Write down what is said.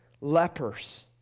lepers